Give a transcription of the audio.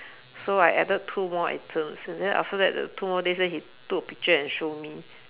so I added two more items and then after that the two more days then he took a picture and show me